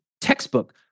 textbook